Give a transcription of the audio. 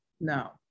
No